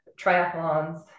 triathlons